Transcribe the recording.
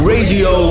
Radio